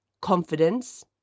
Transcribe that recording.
confidence